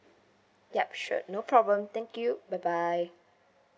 yup sure no problem thank you bye bye